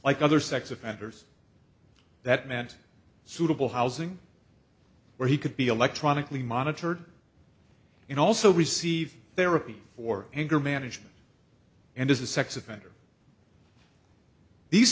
like other sex offenders that meant suitable housing where he could be electronically monitored and also receive their a p for anger management and as a sex offender these